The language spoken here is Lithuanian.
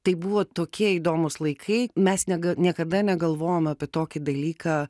tai buvo tokie įdomūs laikai mes nega niekada negalvojom apie tokį dalyką